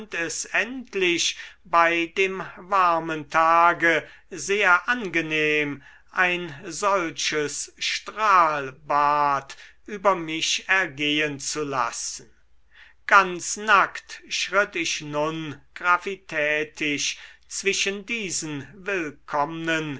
es endlich bei dem warmen tage sehr angenehm ein solches strahlbad über mich ergehen zu lassen ganz nackt schritt ich nun gravitätisch zwischen diesen willkommnen